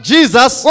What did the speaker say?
Jesus